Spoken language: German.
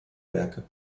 werke